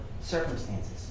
circumstances